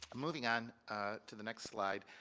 moving on to the next slide,